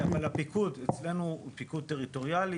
אבל הפיקוד אצלנו הוא פיקוד טריטוריאלי,